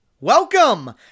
Welcome